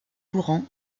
courant